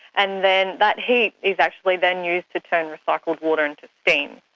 and then that heat is actually then used to turn recycled water into steam,